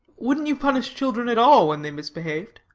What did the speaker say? wouldn't you punish children at all, when they misbehaved?